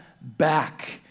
back